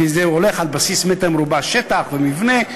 כי זה הולך על בסיס מטר רבוע שטח ומבנה,